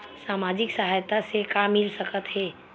सामाजिक सहायता से का मिल सकत हे?